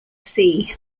sea